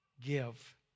give